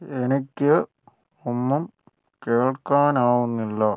എനിക്ക് ഒന്നും കേൾക്കാനാവുന്നില്ല